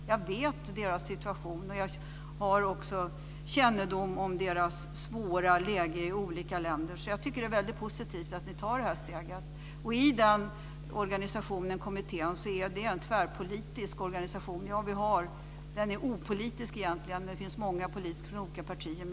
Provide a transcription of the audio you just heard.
Jag känner till situationen. Jag har också kännedom om det svåra läget för assyrier/syrianer i olika länder. Det är positivt att ni tar steget. Det är en tvärpolitisk organisation jag är med i. Den är egentligen opolitisk, men där finns många politiker från olika partier.